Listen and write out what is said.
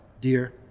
dear